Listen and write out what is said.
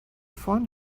find